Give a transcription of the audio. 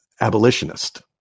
abolitionist